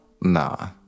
Nah